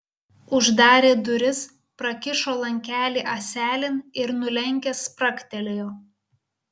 uždarė duris prakišo lankelį ąselėn ir nulenkęs spragtelėjo